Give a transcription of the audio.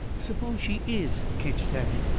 suppose she is ketched at it?